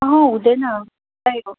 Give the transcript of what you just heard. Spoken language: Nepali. अहँ हुँदैन